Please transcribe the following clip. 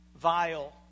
vile